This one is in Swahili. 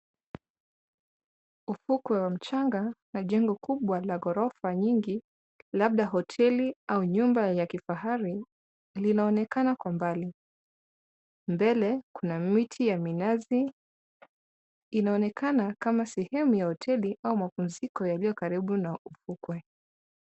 Ufukwe wa mchanga na jengo kubwa la ghorofa nyingi labda hoteli au nyumba ya kifahari linaonekana kwa mbali. Mbele kuna miti ya minazi. Inaonekana kama sehemu ya hoteli au mapumziko uliokaribu na ufukwe.